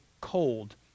cold